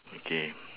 okay